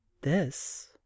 this—